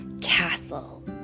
castle